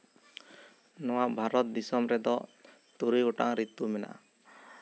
ᱱᱚᱶᱟ ᱵᱷᱟᱨᱚᱛ ᱫᱤᱥᱚᱢ ᱨᱮᱫᱚ ᱛᱩᱨᱩᱭ ᱜᱚᱴᱟᱝ ᱨᱤᱛᱩ ᱢᱮᱱᱟᱜᱼᱟ